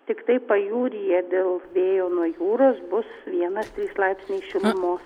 tiktai pajūryje dėl vėjo nuo jūros bus vienas trys laipsniai šilumos